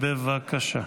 בערך שעתיים נסיעה,